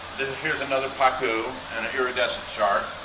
then here's another pacu and an iridescent shark.